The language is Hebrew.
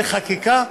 בחקיקה.